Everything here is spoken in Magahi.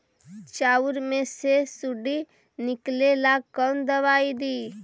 चाउर में से सुंडी निकले ला कौन दवाई दी?